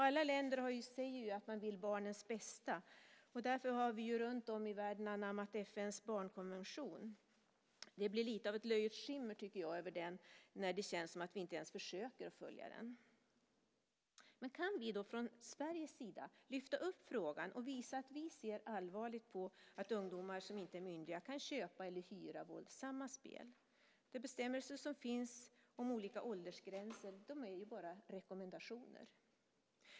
Alla länder säger sig ju vilja "barnens bästa". Därför har länder runtom i världen anammat FN:s barnkonvention. Jag tycker att det blir lite av ett löjets skimmer över den när det känns som att vi inte ens försöker följa den. Kan då vi från Sveriges sida lyfta fram frågan och visa att vi ser allvarligt på att ungdomar som inte är myndiga kan köpa eller hyra våldsamma spel? De bestämmelser som finns om olika åldergränser är bara rekommendationer.